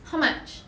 how much